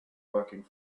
working